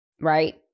Right